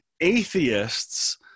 atheists